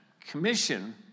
commission